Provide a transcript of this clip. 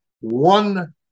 one